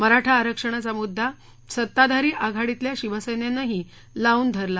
मराठा आरक्षणाचा मुद्दा सत्ताधारी आघाडीतल्या शिवसेनेनंही लावून धरला